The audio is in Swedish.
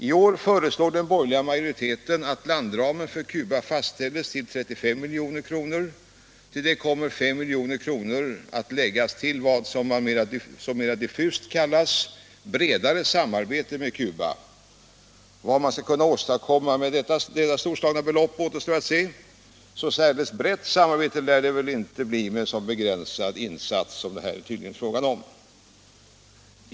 I år föreslår den borgerliga majoriteten att landramen för Cuba fastställs Internationellt utvecklingssamar till 35 milj.kr. Till detta kommer 5 milj.kr. att läggas till vad som mera diffust kallas ”bredare samarbete” med Cuba. Vad man skall kunna åstadkomma med detta storslagna belopp återstår att se. Så särdeles brett samarbete lär det inte bli med en så begränsad insats som det här tydligen är fråga om.